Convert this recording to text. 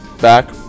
back